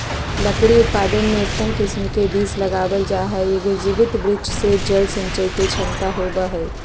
लकड़ी उत्पादन में उत्तम किस्म के वृक्ष लगावल जा हई, एगो जीवित वृक्ष मे जल संचय के क्षमता होवअ हई